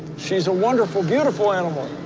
she's a wonderful, beautiful animal